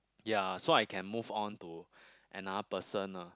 ya so I can move on to another person ah